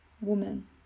woman